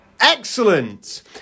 Excellent